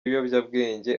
ibiyobyabwenge